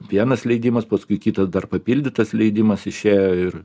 vienas leidimas paskui kitas dar papildytas leidimas išėjo ir